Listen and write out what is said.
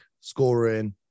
scoring